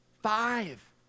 Five